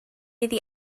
iddi